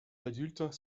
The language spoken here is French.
adultes